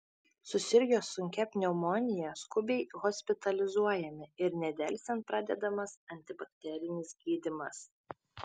susirgę sunkia pneumonija skubiai hospitalizuojami ir nedelsiant pradedamas antibakterinis gydymas